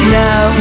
now